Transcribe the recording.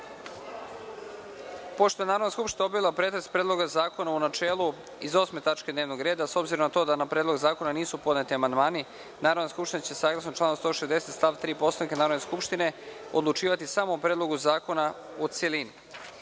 je Narodna skupština obavila pretres Predloga zakona u načelu iz 8. tačke dnevnog reda, a s obzirom na to da na Predlog zakona nisu podneti amandmani, Narodna skupština će shodno članu 160. stav 3. Poslovnika Narodne skupštine, odlučivati samo o Predlogu zakona u celini. Pre